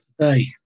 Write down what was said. today